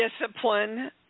discipline